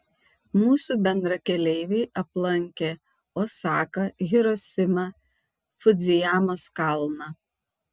mūsų bendrakeleiviai aplankė osaką hirosimą fudzijamos kalną